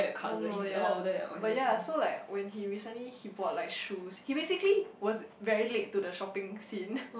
don't know ya but ya so like when he recently he bought like shoes he basically was very late to the shopping scene